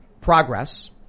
progress